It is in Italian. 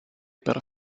per